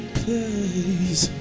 place